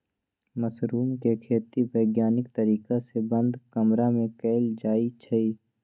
mushroom के खेती वैज्ञानिक तरीका से बंद कमरा में कएल जाई छई